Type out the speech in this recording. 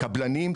קבלנים,